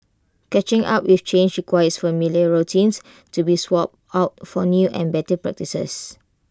catching up with change requires familiar routines to be swapped out for new and better practices